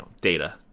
data